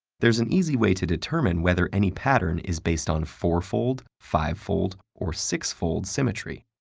there's an easy way to determine whether any pattern is based on fourfold, fivefold, or sixfold symmetry.